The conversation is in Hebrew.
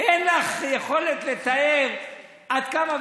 אין לך יכולת לתאר עד כמה,